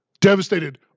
devastated